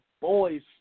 boy's